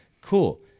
cool